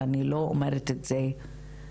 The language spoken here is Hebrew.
ואני לא אומרת את זה בציניות,